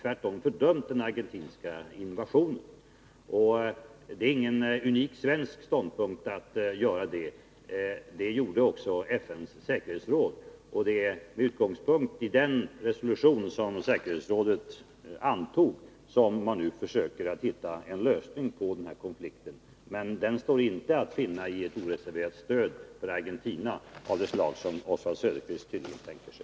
Vi har fördömt den argentinska invasionen — det gjorde också FN:s säkerhetsråd. Det är med utgångspunkt i den resolution som säkerhetsrådet då antog som man nu försöker hitta en lösning på konflikten. Men den står inte att finna i ett oreserverat stöd för Argentina av det slag som Oswald Söderqvist tydligen tänker sig.